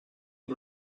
amb